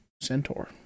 Centaur